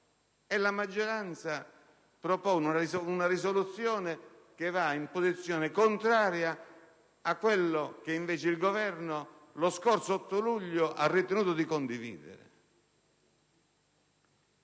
la maggioranza propone una mozione che va in senso contrario rispetto a ciò che il Governo lo scorso 8 luglio ha ritenuto di condividere.